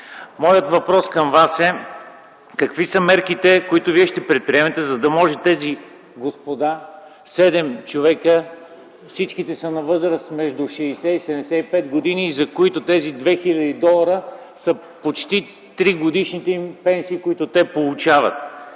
Моят въпрос към Вас е: какви са мерките, които Вие ще предприемете, за да може тези господа – седем човека, всичките са на възраст между 60 и 75 години, за които тези 2000 долара, са почти тригодишните им пенсии, които получават,